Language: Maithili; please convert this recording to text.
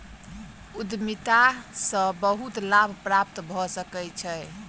उद्यमिता सॅ बहुत लाभ प्राप्त भ सकै छै